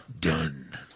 Done